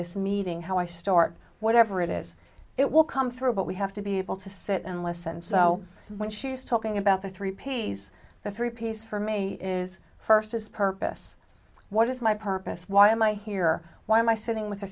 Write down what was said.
this meeting how i start whatever it is it will come through but we have to be able to sit and listen so when she was talking about the three pays the three piece from a is first is purpose what is my purpose why am i here why am i sitting with